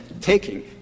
taking